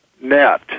net